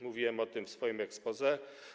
Mówiłem o tym w swoim exposé.